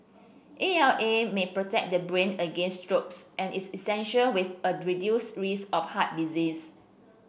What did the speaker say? A L A may protect the brain against strokes and is with a reduced risk of heart disease